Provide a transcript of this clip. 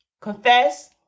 confess